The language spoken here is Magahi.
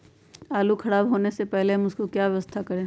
आलू खराब होने से पहले हम उसको क्या व्यवस्था करें?